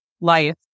life